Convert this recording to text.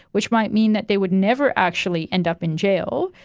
which might mean that they would never actually end up in jail,